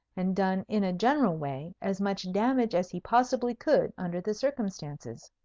and done in a general way as much damage as he possibly could under the circumstances.